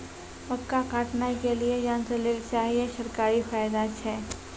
मक्का काटने के लिए यंत्र लेल चाहिए सरकारी फायदा छ?